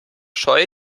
scheu